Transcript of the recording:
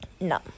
No